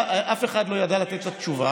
אף אחד לא ידע לתת את התשובה.